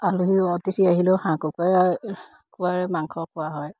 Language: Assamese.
আলহী অতিথি আহিলেও হাঁহ কুকুৰাই কুকুৰাৰে মাংস খোৱা হয়